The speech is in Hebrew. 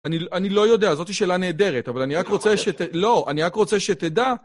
אני לא יודע, זאתי שאלה נהדרת, אבל אני רק, לא אני רק רוצה שתדע...